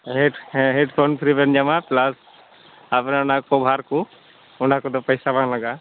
head ᱦᱮᱸ headphone free ᱵᱮᱱ ᱧᱟᱢᱟ ᱯᱮᱞᱟᱥ ᱟᱵᱮᱱᱟᱜ ᱚᱱᱟ ᱠᱚᱵᱷᱟᱨ ᱠᱚ ᱚᱱᱟ ᱠᱚᱫᱚ ᱯᱚᱭᱥᱟ ᱵᱟᱝ ᱞᱟᱜᱟᱜᱼᱟ